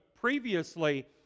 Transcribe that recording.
previously